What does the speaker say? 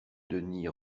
denys